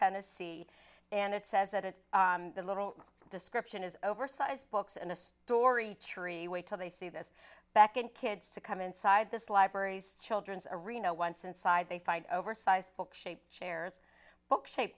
tennessee and it says that the little description is oversized books and a story tree wait till they see this back and kids to come inside this libraries children's arena once inside they find oversized book shaped chairs books shape